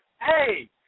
hey